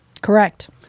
Correct